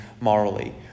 morally